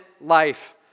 Life